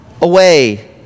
away